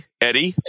Eddie